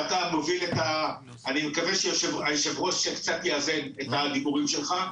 אני מקווה שהיושב-ראש קצת יאזן את הדיבורים שלך.